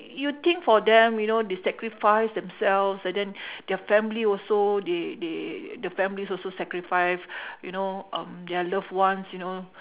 you think for them you know they sacrifice themselves and then their family also they they the families also sacrifice you know um their loved ones you know